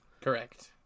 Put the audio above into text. Correct